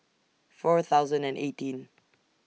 four thousand and eighteen